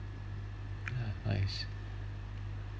ah I see